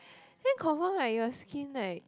then confirm like your skin like